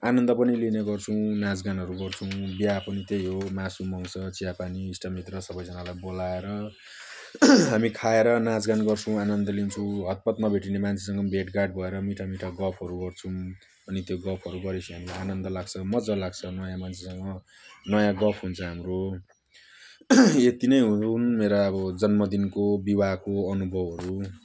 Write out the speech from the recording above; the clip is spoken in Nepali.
आनन्द पनि लिने गर्छौँ नाचगानहरू गर्छौँ बिहा पनि त्यही हो मासुमांस चियापानी इष्टमित्र सबैजनालाई बोलाएर हामी खाएर नाचगान गर्छौँ आनन्द लिन्छौँ हतपत नभेटिने मान्छेसँग भेटघाट भएर मिठा मिठा गफहरू गर्छौँ अनि त्यो गफहरू गरेपछि हामीलाई आनन्द लाग्छ मजा लाग्छ नयाँ मान्छेसँग नयाँ गफ हुन्छ हाम्रो यति नै हुनुम् मेरो अब जन्मदिनको विवाहको अनुभवहरू